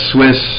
Swiss